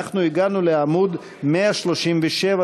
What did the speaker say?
הגענו לעמוד 137,